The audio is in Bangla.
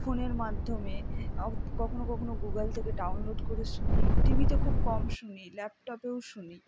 ফোনের মাধ্যমে কখনও কখনও গুগল থেকে ডাউনলোড করে শুনি টি ভিতে খুব কম শুনি ল্যাপটপেও শুনি